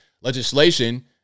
legislation